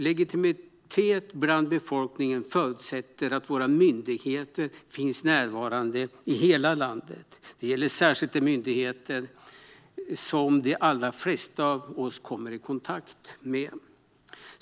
Legitimitet bland befolkningen förutsätter att våra myndigheter finns närvarande i hela landet. Det gäller särskilt de myndigheter som de allra flesta av oss kommer i kontakt med.